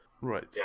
Right